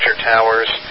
towers